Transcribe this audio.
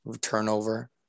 turnover